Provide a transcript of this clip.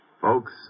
Folks